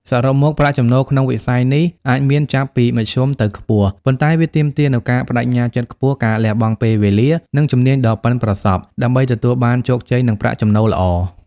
សរុបមក ប្រាក់ចំណូលក្នុងវិស័យនេះអាចមានចាប់ពី មធ្យមទៅខ្ពស់ ប៉ុន្តែវាទាមទារនូវ ការប្តេជ្ញាចិត្តខ្ពស់ ការលះបង់ពេលវេលា និង ជំនាញដ៏ប៉ិនប្រសប់ ដើម្បីទទួលបានជោគជ័យ និងប្រាក់ចំណូលល្អ។